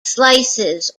slices